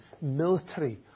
military